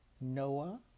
Noah